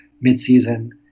mid-season